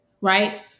right